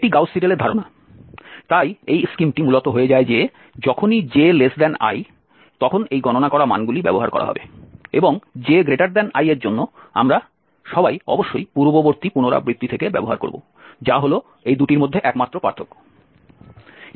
এটি গাউস সিডেলের ধারণা তাই এই স্কিমটি মূলত হয়ে যায় যে যখনই ji তখনএই গণনা করা মানগুলি ব্যবহার করা হবে এবং j i এর জন্য আমরা সবাই অবশ্যই পূর্ববর্তী পুনরাবৃত্তি থেকে ব্যবহার করব যা হল এই দুটির মধ্যে একমাত্র পার্থক্য